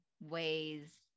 ways